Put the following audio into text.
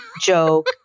joke